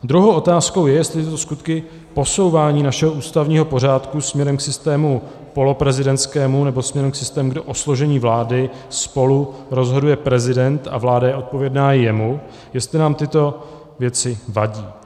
Druhou otázkou je, jestli skutky posouvání našeho ústavního pořádku směrem k systému poloprezidentskému nebo směrem k systému, kde o složení vlády spolurozhoduje prezident a vláda odpovědná jemu, jestli nám tyto věci vadí.